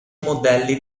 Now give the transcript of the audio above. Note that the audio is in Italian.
modelli